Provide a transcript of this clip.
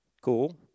cool